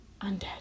Undead